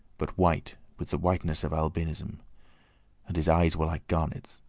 but white with the whiteness of albinism and his eyes were like garnets.